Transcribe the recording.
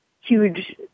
huge